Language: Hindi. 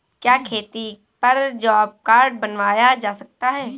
क्या खेती पर जॉब कार्ड बनवाया जा सकता है?